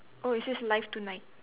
oh it says live tonight